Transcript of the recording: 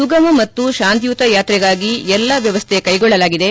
ಸುಗಮ ಮತ್ತು ಶಾಂತಿಯುತ ಯಾತ್ರೆಗಾಗಿ ಎಲ್ಲಾ ವ್ಯವಸ್ಥೆ ಕೈಗೊಳ್ಳಲಾಗಿದೆ